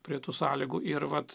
prie tų sąlygų ir vat